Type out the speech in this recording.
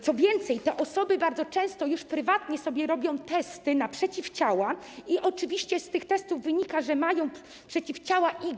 Co więcej, te osoby bardzo często już prywatnie sobie robią testy na przeciwciała i oczywiście z tych testów wynika, że mają przeciwciała IgG.